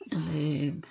ते